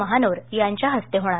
महानोर यांच्या हस्ते होणार